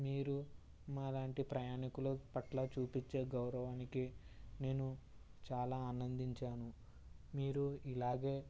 మీరు మా లాంటి ప్రయాణికులు పట్ల చూపిచ్చే గౌరవానికి నేను చాలా ఆనందించాను మీరు ఇలాగే